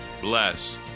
bless